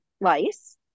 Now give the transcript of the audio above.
lice